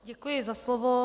Děkuji za slovo.